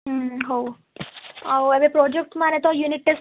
ହୁଁ ହଉ ଆଉ ଏବେ ପ୍ରୋଜେକ୍ଟ ମାନେ ତ ୟୁନିଟ୍ ଟେଷ୍ଟ୍